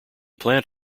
plant